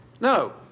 No